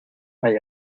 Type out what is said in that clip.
hay